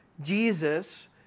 Jesus